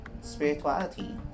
spirituality